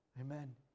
Amen